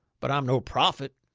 but i'm no prophet.